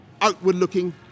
outward-looking